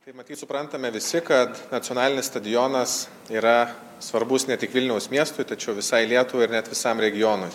tai matyt suprantame visi kad nacionalinis stadionas yra svarbus ne tik vilniaus miestui tačiau visai lietuvai ir net visam regionui